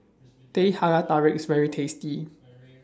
Teh Halia Tarik IS very tasty